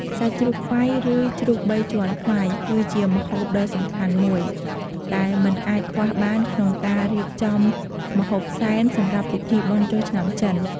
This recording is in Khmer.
សាច់ជ្រូកខ្វៃ ឬជ្រូកបីជាន់ខ្វៃ គឺជាម្ហូបដ៏សំខាន់មួយ ដែលមិនអាចខ្វះបានក្នុងការរៀបចំម្ហូបសែនសម្រាប់ពិធីបុណ្យចូលឆ្នាំចិន។